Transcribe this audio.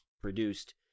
produced